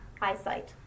eyesight